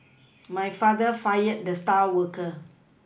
my father fired the star worker